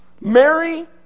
Mary